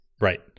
Right